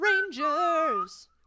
Rangers